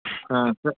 ಹಾಂ ಸರ್